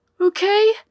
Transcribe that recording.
Okay